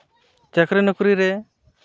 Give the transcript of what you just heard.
ᱪᱟᱹᱠᱨᱤ ᱱᱚᱠᱨᱤ ᱨᱮ